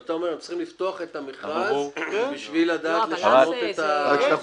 אתה אומר שהם צריכים לפתוח את המכרז בשביל לדעת לשנות את --- רק כשאתה